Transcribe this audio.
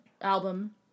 album